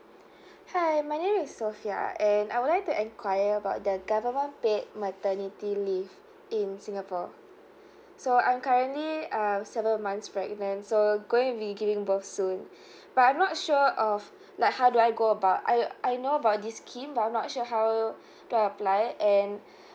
hi my name is sofea and I would like to enquire about the government paid maternity leave in singapore so I'm currently uh seven months pregnant so going to be giving birth soon but I'm not sure of like how do I go about I I know about this scheme but I'm not sure how to apply and